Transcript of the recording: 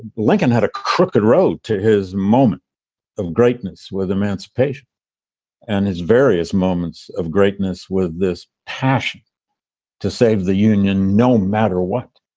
lincoln had a crooked road to his moment of greatness with emancipation and his various moments of greatness with this passion to save the union no matter what